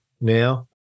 now